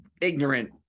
ignorant